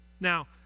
Now